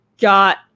got –